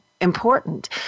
important